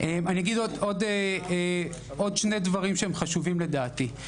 שני דברים שחשובים לדעתי,